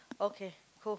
okay cool